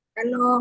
Hello